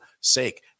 sake